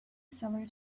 seller